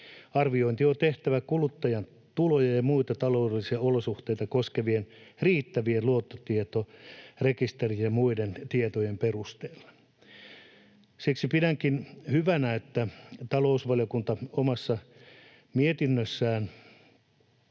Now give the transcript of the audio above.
Arviointi on tehtävä kuluttajan tuloja ja muita taloudellisia olosuhteita koskevien riittävien luottotietorekisteri- ja muiden tietojen perusteella.” Siksi pidänkin hyvänä, että talousvaliokunta omassa mietinnössään